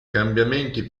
cambiamenti